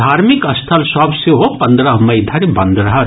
धार्मिक स्थल सभ सेहो पन्द्रह मई धरि बंद रहत